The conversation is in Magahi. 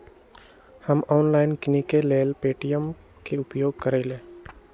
हम ऑनलाइन किनेकेँ लेल पे.टी.एम के उपयोग करइले